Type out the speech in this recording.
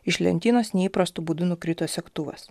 iš lentynos neįprastu būdu nukrito segtuvas